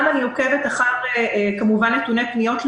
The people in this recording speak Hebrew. אני גם עוקבת אחר נתוני פניות למיון,